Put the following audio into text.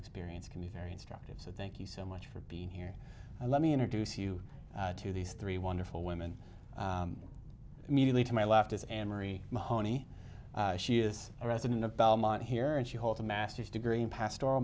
experience can be very instructive so thank you so much for being here and let me introduce you to these three wonderful women immediately to my left is anne marie mahoney she is a resident of belmont here and she holds a master's degree in pastoral